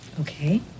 Okay